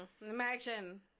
Imagine